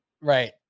Right